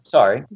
Sorry